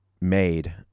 made